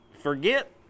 Forget